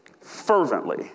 Fervently